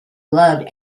loved